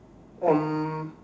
um